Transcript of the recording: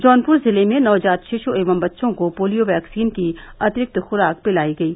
जौनपुर जिले में नवजात शिशु एवं बच्चों को पोलियो वैक्सीन की अतिरिक्त खुराक पिलाई गयी